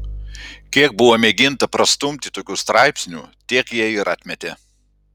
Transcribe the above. kiek buvo mėginta prastumti tokių straipsnių tiek jie ir atmetė